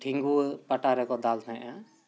ᱴᱷᱤᱜᱩᱣᱟᱹ ᱯᱟᱴᱟ ᱨᱮᱠᱚ ᱫᱟᱞ ᱛᱟᱦᱮᱸᱫᱼᱟ